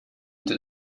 into